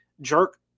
jerk